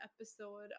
episode